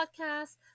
Podcast